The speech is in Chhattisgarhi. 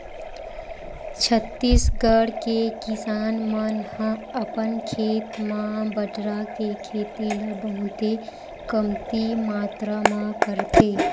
छत्तीसगढ़ के किसान मन ह अपन खेत म बटरा के खेती ल बहुते कमती मातरा म करथे